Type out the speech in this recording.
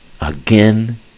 again